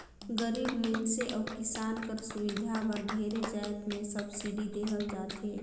गरीब मइनसे अउ किसान कर सुबिधा बर ढेरे जाएत में सब्सिडी देहल जाथे